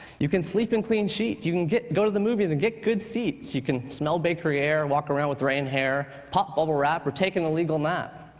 you can sleep in clean sheets. you can go to the movies and get good seats. you can smell bakery air, walk around with rain hair, pop bubble wrap or take an illegal nap.